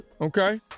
Okay